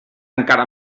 encara